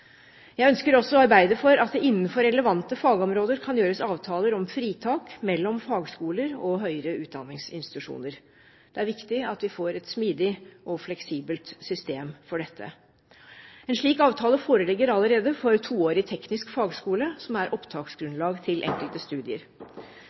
Jeg ønsker også å arbeide for at det innenfor relevante fagområder kan gjøres avtaler om fritak mellom fagskoler og høyere utdanningsinstitusjoner. Det er viktig at vi får et smidig og fleksibelt system for dette. En slik avtale foreligger allerede for toårig teknisk fagskole, som er